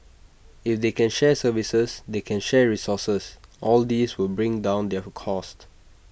if they can share services they can share resources all these will bring down their cost